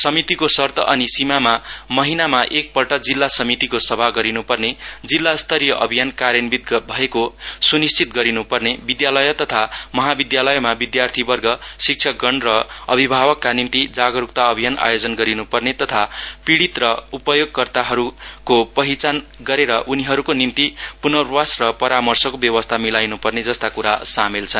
समितिको शर्त अनि सीमामा महिनामा एक गरिन्पर्ने जिल्ला स्तरीय अभियान कार्यन्वित भएको सुनिश्चित गरिनुपर्नेविद्यालय तथा महाविद्यालयमा विद्यार्थीवर्गशिक्षगण र अभिभावकका निम्ति जागरुकता अभियान आयोजन गरिनुपर्ने तथा पीढीत र उपयोगकर्ताहरुको पहिचान गरेर उनीहरुको निम्ति पुनर्वास र परामर्शको व्यवस्था मिलाउनुपर्ने जस्ता कुरा सामेल छन्